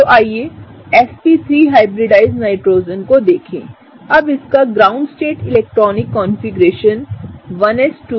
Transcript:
तो आइए sp3हाइब्रिडाइज्ड नाइट्रोजन को देखें अब इसका ground state electronic configuration 1s2 2s2 2b3है